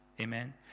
Amen